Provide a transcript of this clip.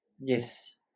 Yes